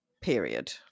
period